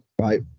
Right